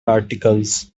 articles